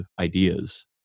ideas